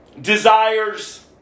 Desires